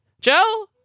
Joe